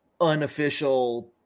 unofficial